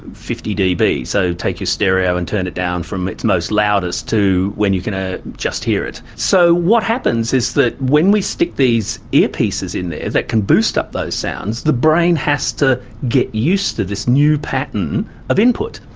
fifty db. so take your stereo and turn it down from its most loudest to where you can ah just hear it. so what happens is that when we stick these ear pieces in there that can boost up those sounds, the brain has to get used to this new pattern of input.